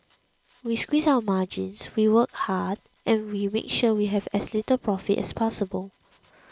we squeeze our margins we work hard and we make sure that we have as little profit as possible